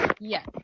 Yes